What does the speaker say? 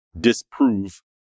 disprove